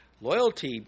Loyalty